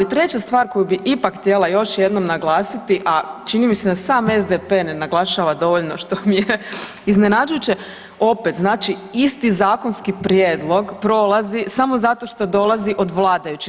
Ali, treća stvar koju bih ipak htjela još jednom naglasiti, a čini mi se da sam SDP ne naglašava dovoljno, što mi je iznenađujuće, opet, znači isti zakonski prijedlog prolazi samo zato što dolazi od vladajućih.